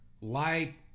light